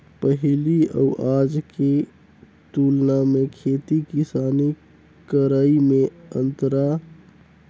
पहिली अउ आज के तुलना मे खेती किसानी करई में अंतर बस एकेच गोट में नी अइस अहे कइयो जाएत में अइस अहे